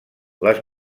les